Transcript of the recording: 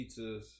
pizzas